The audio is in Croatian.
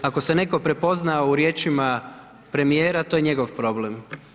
Ako se netko prepozna u riječima premijera, to je njegov problem.